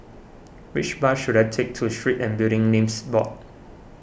which bus should I take to Street and Building Names Board